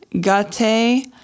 gate